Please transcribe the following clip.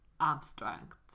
abstract